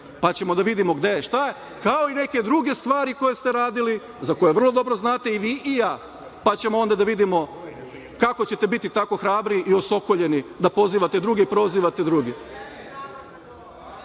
pa ćemo da vidimo gde je šta je, kao i neke druge stvari koje ste radili za koje vrlo dobro znate i vi i ja, pa ćemo onda da vidimo kako ćete biti tako hrabri i osokoljeni da pozivate i prozivate druge. Što